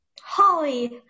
Holly